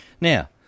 Now